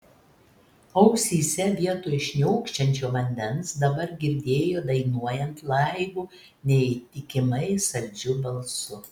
ausyse vietoj šniokščiančio vandens dabar girdėjo dainuojant laibu neįtikimai saldžiu balsu